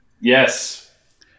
Yes